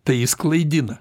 tai jis klaidina